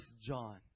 John